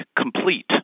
complete